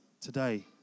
today